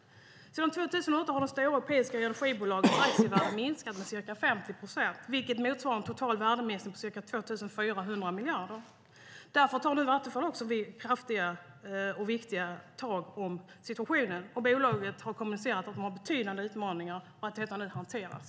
Sedan 2008 har de stora europeiska energibolagens aktievärde minskat med ca 50 procent, vilket motsvarar en total värdeminskning med ca 2 400 miljarder. Därför tar nu Vattenfall viktiga krafttag om situationen. Bolaget har kommunicerat att det har betydande utmaningar och att dessa nu hanteras.